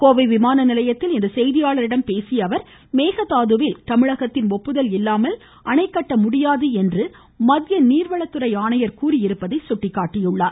கோவை விமான நிலையத்தில் இன்று செய்தியாளர்களிடம் பேசிய அவர் மேகதாதுவில் தமிழகத்தின் ஒப்புதல் இல்லாமல் அணை கட்ட முடியாது என மத்திய நீர்வளத்துறை ஆணையர் கூறியிருப்பதை சுட்டிக்காட்டினார்